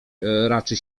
raczy